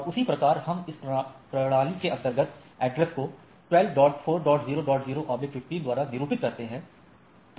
और उसी प्रकार हम इस प्रणाली के अंतर्गत एड्रेस को 12 4 0 0 15 द्वारा निरूपित करते हैं